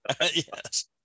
Yes